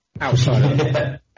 outside